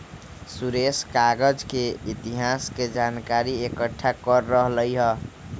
सुरेश कागज के इतिहास के जनकारी एकट्ठा कर रहलई ह